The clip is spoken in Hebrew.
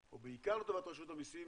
או בעיקר לטובת רשות המיסים,